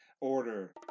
Order